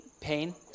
Pain